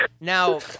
now